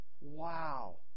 Wow